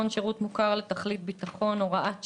(שירות מוכר לתכלית ביטחון) (הוראת שעה)